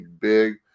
big